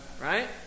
Right